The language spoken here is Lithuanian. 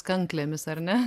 kanklėmis ar ne